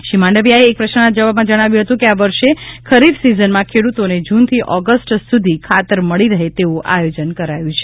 શ્રી માંડવીયાએ એક પ્રશ્નના જવાબમાં જણાવ્યું હતું કે આ વર્ષે ખરીફ સીઝનમાં ખેડૂતોને જૂનથી ઓગસ્ટ સુધી ખાતર મળી રહે છે તેવું આયોજન કરાયું છે